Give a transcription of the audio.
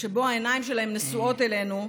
שבה העיניים שלהם נשואות אלינו,